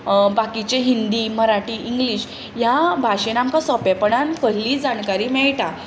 बाकीचे हिंदी मराठी इंग्लीश ह्या भाशेन आमकां सोंपेपणान कसलीय जानकारी मेळटा